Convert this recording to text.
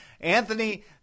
Anthony